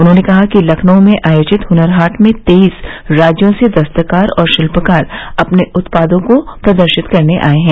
उन्होंने कहा कि लखनऊ में आयोजित हुनर हाट में तेईस राज्यों से दस्तकार और शिल्पकार अपने उत्पादों को प्रदर्शित करने आए हैं